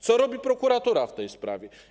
Co robi prokuratura w tej sprawie?